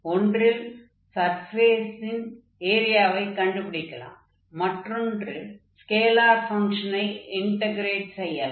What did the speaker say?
ஒன்றில் சர்ஃபேஸின் ஏரியவை கண்டுபிடிக்கலாம் மற்றொன்றில் ஸ்கேலார் ஃபங்ஷனை இன்டக்ரேட் செய்யலாம்